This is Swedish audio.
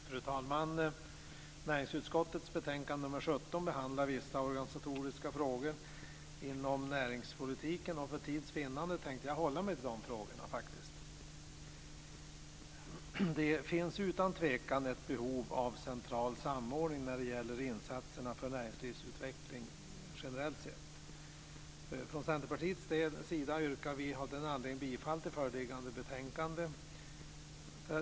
Fru talman! Näringsutskottets betänkande nr 17 behandlar vissa organisatoriska frågor inom näringspolitiken. För tids vinnande tänkte jag faktiskt hålla mig till de frågorna. Det finns utan tvekan ett behov av central samordning när det gäller insatserna för näringslivsutveckling generellt sett. Från Centerpartiets sida yrkar vi av den anledningen bifall till utskottets hemställan i föreliggande betänkande.